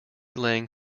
laying